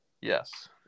yes